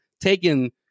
taken